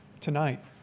tonight